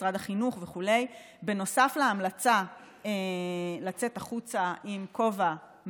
משרד החינוך וכו' נוסף להמלצה לצאת החוצה עם כובע,